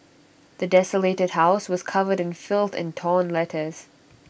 the desolated house was covered in filth and torn letters